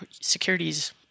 securities